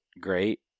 great